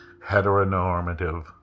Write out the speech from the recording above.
heteronormative